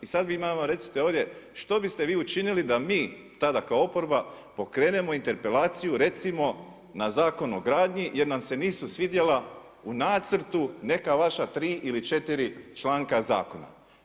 I sad vi nama recite ovdje što bi ste vi učinili da mi tada kao oporba pokrenemo interpelaciju recimo na zakon o grdnji jer nam se nisu svidjela u nacrtu neka vaša tri ili četiri članka zakona?